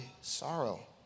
sorrow